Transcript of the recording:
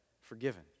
forgiven